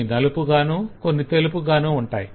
కొన్ని నలుపుగాను కొన్ని తెలుపుగాను ఉన్నాయి